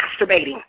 masturbating